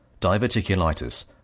diverticulitis